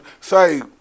Say